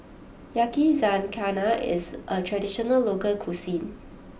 Yakizakana is a traditional local cuisine